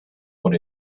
what